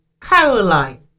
Caroline